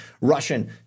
Russian